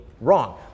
wrong